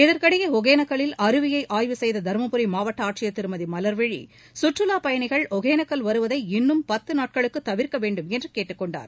இதற்கிடையே ஒகேனக்கலில் அருவியை ஆய்வு செய்த தருமபுரி மாவட்ட ஆட்சியர் திருமதி மவர்விழி சுற்றுலாப் பயணிகள் ஒகேனக்கல் வருவதை இன்னும் பத்து நாட்களுக்கு தவிர்க்க வேண்டும் என்று கேட்டுக் கொண்டுள்ளார்